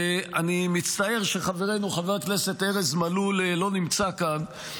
ואני מצטער שחברנו חבר הכנסת ארז מלול לא נמצא כאן,